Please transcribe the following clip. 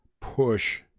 push